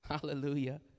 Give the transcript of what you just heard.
Hallelujah